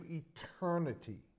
eternity